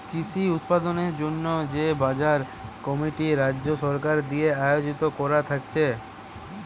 কৃষি উৎপাদনের জন্যে যে বাজার কমিটি রাজ্য সরকার দিয়ে আয়জন কোরা থাকছে